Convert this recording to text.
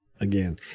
again